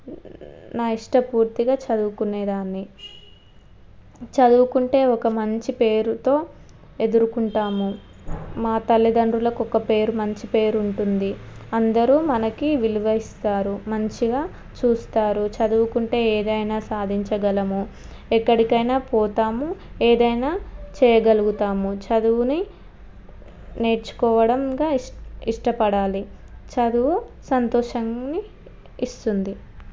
నా ఇష్ట పూర్తిగా చదువుకునే దాన్ని చదువుకుంటే ఒక మంచి పేరుతో ఎదుర్కొంటాము మా తల్లిదండ్రులకు ఒక పేరు మంచి పేరు ఉంటుంది అందరు మనకు విలువ ఇస్తారు మంచిగా చూస్తారు చదువుకుంటే ఏదైన సాధించగలం ఎక్కడికైనా పోతాము ఏదైనా చేయగలుగుతాము చదువును నేర్చుకోవడం ఇష్టపడాలి చదువు సంతోషాన్ని ఇస్తుంది